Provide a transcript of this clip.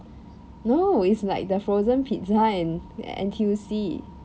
no it's like the frozen pizza in N_T_U_C